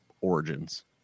origins